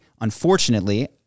unfortunately